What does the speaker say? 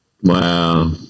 Wow